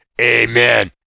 Amen